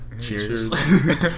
Cheers